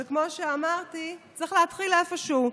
אבל כמו שאמרתי, צריך להתחיל איפה שהוא.